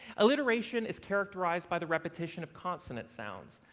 alliteration is characterized by the repetition of consonant sounds,